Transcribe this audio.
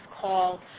call